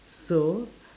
so